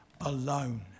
alone